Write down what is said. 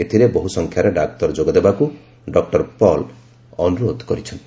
ଏଥିରେ ବହୁସଂଖ୍ୟାରେ ଡାକ୍ତର ଯୋଗଦେବାକୁ ଡକ୍ଟର ପଲ୍ ଅନୁରୋଧ କରିଛନ୍ତି